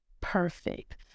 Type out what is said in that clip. perfect